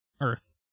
Earth